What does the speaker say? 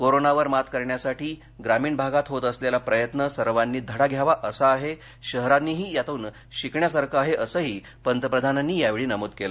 कोरोनावर मात करण्यासाठी ग्रामीण भागात होत असलेला प्रयत्न सर्वांनी धडा घ्यावा असा आहे शहरांनीही त्यातून शिकण्यासारखे आहे असंही पंतप्रधानांनी या वेळी नमूद केलं